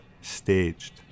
staged